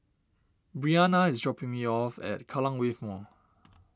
Bryana is dropping me off at Kallang Wave Mall